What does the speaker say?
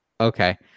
Okay